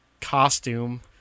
costume